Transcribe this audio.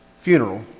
funeral